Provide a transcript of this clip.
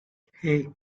hey